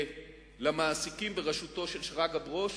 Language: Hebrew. למעסיקים בראשותו של שרגא ברוש.